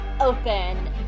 open